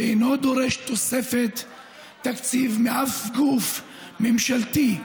ואינו דורש תוספת תקציב מאף גוף ממשלתי,